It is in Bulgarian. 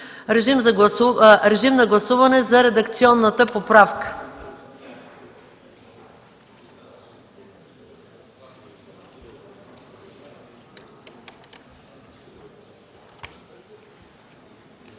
Режим на гласуване за редакционната поправка.